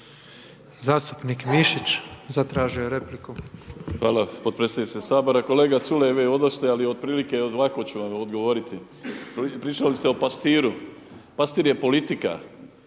Zastupnik Mišić, zatražio je repliku.